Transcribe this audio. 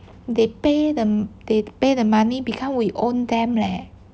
they pay the they pay the money become we own them leh